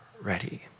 ready